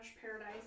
Paradise